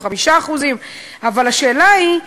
5%; אבל השאלה היא,